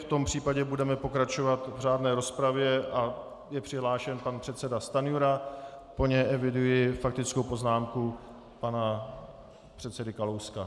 V tom případě budeme pokračovat v řádné rozpravě a je přihlášen pan předseda Stanjura, po něm eviduji faktickou poznámku pana předsedy Kalouska.